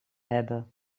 hebben